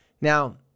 Now